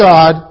God